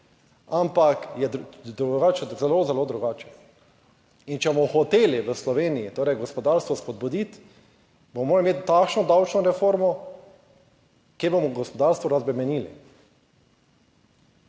drugače, zelo zelo drugače. In če bomo hoteli v Sloveniji gospodarstvo spodbuditi bomo morali imeti takšno davčno reformo, kjer bomo gospodarstvo razbremenili.